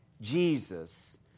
Jesus